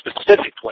specifically